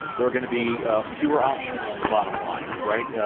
there are gonna be ah fewer options is the bottom line, right? yeah